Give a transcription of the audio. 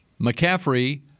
McCaffrey